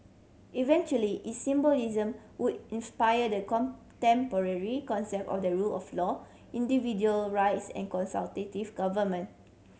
eventually its symbolism would inspire the contemporary concept of the rule of law individual rights and consultative government